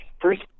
first